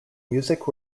music